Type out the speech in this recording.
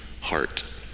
heart